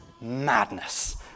madness